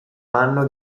anno